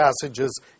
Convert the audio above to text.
passages